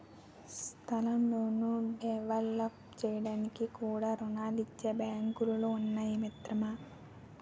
స్థలాలను డెవలప్ చేయడానికి కూడా రుణాలిచ్చే బాంకులు ఉన్నాయి మిత్రమా